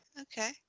okay